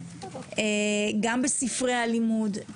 גם בספרי הלימוד,